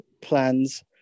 plans